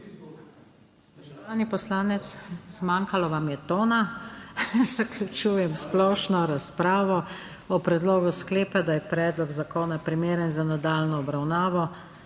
zmanjkalo vam je časa. Zaključujem splošno razpravo. O predlogu sklepa, da je predlog zakona primeren za nadaljnjo obravnavo